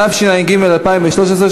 התשע"ג 2013,